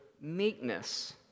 meekness